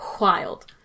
wild